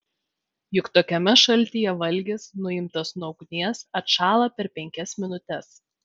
juk tokiame šaltyje valgis nuimtas nuo ugnies atšąla per penkias minutes